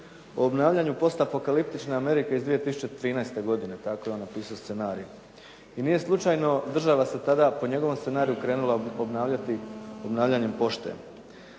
o obnavljanju pošte postapokaliptniče Amerike iz 2013. godine tako je on napisao scenarij. I nije slučajno se država tada po njegovom scenariju krenula obnavljati obnavljanjem pošte.